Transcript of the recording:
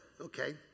okay